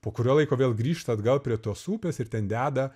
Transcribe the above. po kurio laiko vėl grįžta atgal prie tos upės ir ten deda